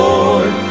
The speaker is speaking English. Lord